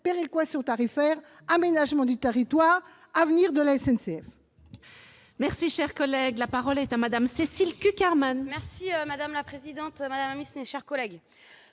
péréquation tarifaire, aménagement du territoire, avenir de la SNCF.